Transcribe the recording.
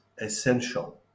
essential